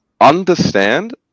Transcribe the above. understand